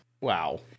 wow